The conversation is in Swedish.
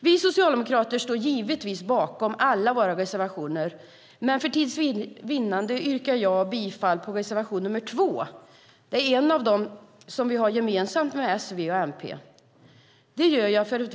Vi socialdemokrater står givetvis bakom alla våra reservationer, men för tids vinnande yrkar jag bifall till reservation nr 2. Det är en av de reservationer som vi har gemensamt med V och MP.